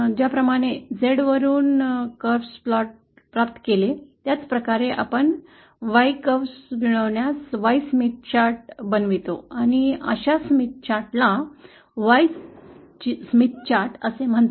ज्या प्रमाणे x वरुन वक्र प्राप्त केले त्याच प्रकारे आपल्याला Y वक्र मिळविण्यास Y स्मिथ चार्ट बनवितो आणि अशा स्मिथ चार्टला Y स्मिथ चार्ट म्हणतात